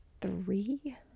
three